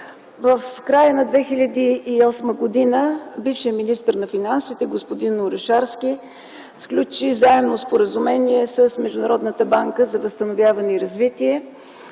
В края на 2008г. бившият министър на финансите господин Орешарски сключи Заемно споразумение с Международната банка за възстановяване и развитие